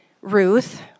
Ruth